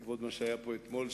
בעקבות מה שהיה פה אתמול,